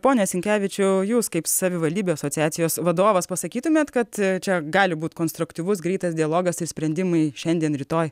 pone sinkevičiau jūs kaip savivaldybių asociacijos vadovas pasakytumėt kad čia gali būt konstruktyvus greitas dialogas ir sprendimai šiandien rytoj